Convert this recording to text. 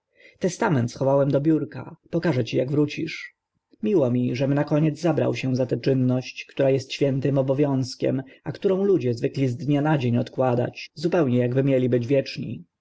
testament schowałem do biurka pokażę ci ak wrócisz miło mi żem na koniec zabrał się na tę czynność która est świętym obowiązkiem a którą ludzie zwykli z dnia na dzień odkładać zupełnie akby mieli być wieczni